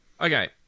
okay